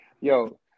yo